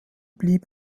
blieb